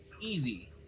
easy